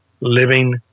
living